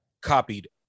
copied